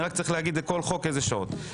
אני צריך להגיד לכל חוק כמה שעות.